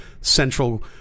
central